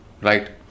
right